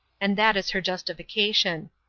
and that is her justification.